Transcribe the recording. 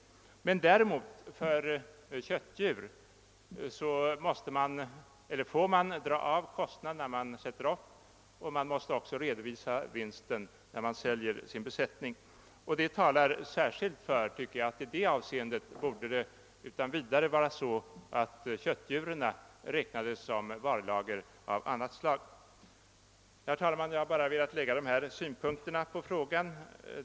För köttdjur däremot får man dra av kostnaden när man sätter upp besättningen men måste då också redovisa vinsten när man säljer den. Detta talar särskilt för att det utan vidare borde vara så, att köttdjuren räknades som varulager av annat slag. Herr talman! Jag har bara velat lägga dessa synpunkter på frågan.